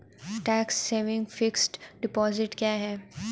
Tax saving fixed deposit क्या है?